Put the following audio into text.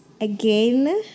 again